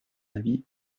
avis